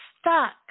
stuck